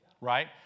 right